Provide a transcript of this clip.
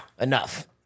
enough